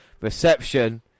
reception